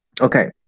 okay